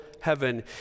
heaven